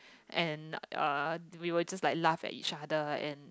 and uh we will just like laugh at each other and